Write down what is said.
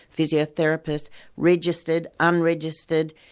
physiotherapists registered, unregistered.